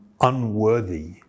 unworthy